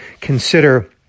consider